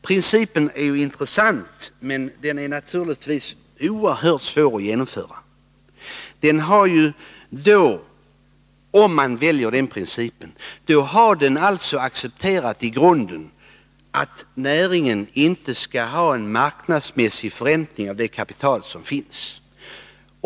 Principen är ju intressant, men den är naturligtvis oerhört svår att genomföra. Om man väljer den principen, har det alltså accepterats i grunden att näringen inte skall ha en marknadsmässig förräntning av det kapital som finns.